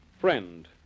Friend